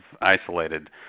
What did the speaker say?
isolated